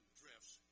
drifts